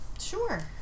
Sure